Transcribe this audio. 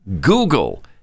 Google